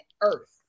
Earth